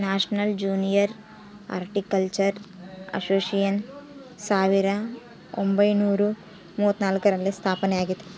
national junior horticultural association ಸಾವಿರದ ಒಂಬೈನುರ ಮೂವತ್ನಾಲ್ಕರಲ್ಲಿ ಸ್ಥಾಪನೆಯಾಗೆತೆ